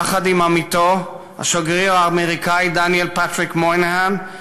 יחד עם עמיתו השגריר האמריקני דניאל פטריק מויניהאן,